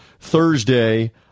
thursday